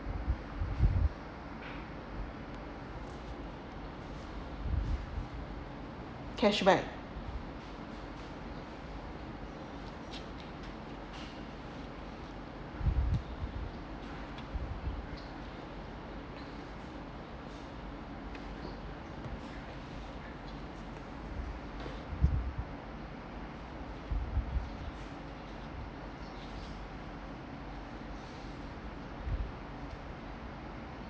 cashback